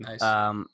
Nice